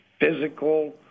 physical